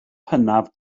hynaf